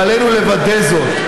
ועלינו לוודא זאת.